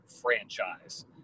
franchise